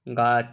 গাছ